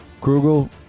Krugel